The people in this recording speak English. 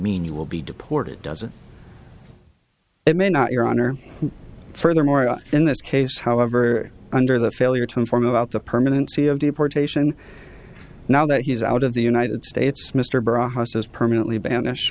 mean you will be deported doesn't it may not your honor furthermore in this case however under the failure to inform about the permanency of deportation now that he's out of the united states mr brown house is permanently banished